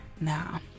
Now